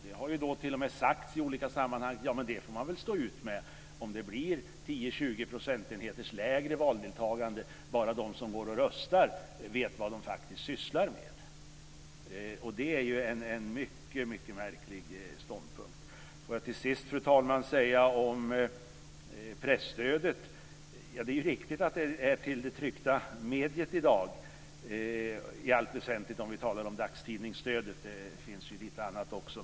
Det har ju t.o.m. sagts i olika sammanhang: Ja, men det får man väl stå ut med, om det blir 10-20 procentenheters lägre valdeltagande, bara de som går och röstar vet vad de faktiskt sysslar med! Det är ju en mycket märklig ståndpunkt. Får jag till sist, fru talman, säga om presstödet att det ju är riktigt att det går till det tryckta mediet i dag i allt väsentligt om vi talar om dagstidningsstödet - det finns ju lite annat också.